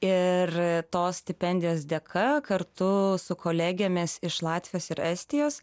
ir tos stipendijos dėka kartu su kolegėmis iš latvijos ir estijos